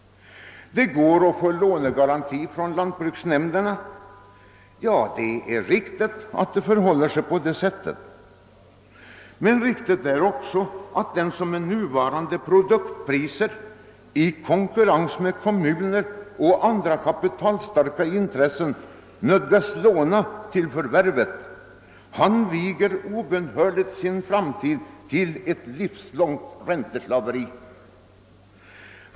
Det går visserligen att få lånegaranti av lantbruksnämnderna, men den som med nuvarande produktpriser och i konkurrens med kommuner och andra kapitalstarka intressen lånar pengar till jordförvärvet gör obönhörligen framtiden till ett livslångt ränteslaveri.